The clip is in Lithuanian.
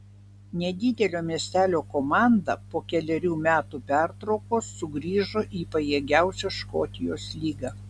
nedidelio miestelio komanda po kelerių metų pertraukos sugrįžo į pajėgiausią škotijos lygą